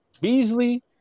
Beasley